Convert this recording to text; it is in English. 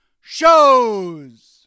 Shows